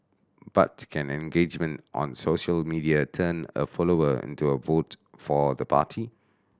but can engagement on social media turn a follower into a vote for the party